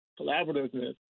collaborativeness